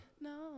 No